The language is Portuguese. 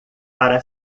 para